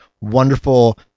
wonderful